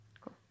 Cool